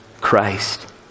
Christ